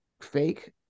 fake